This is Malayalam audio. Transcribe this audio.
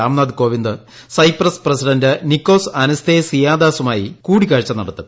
Ramnath Kovind Cyprus president Nikos അനസ്തേ സിയാദാസുമായി കൂടിക്കാഴ്ച നടത്തും